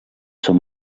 són